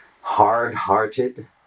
hard-hearted